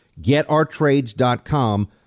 GetOurTrades.com